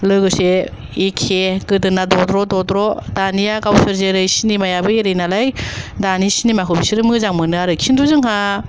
लोगोसे एखे गोदोना दद्र' दद्र' दानिया गावसोर जेरै सिनिमायाबो एरैनालाय दानि सिनिमा खौ बिसोरो मोजां मोनो आरो खिन्थु जोंहा